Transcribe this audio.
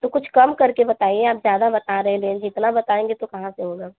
तो कुछ कम करके बताइए आप ज़्यादा बता रहे हैं रेंज इतना बताएँगे तो कहाँ से होगा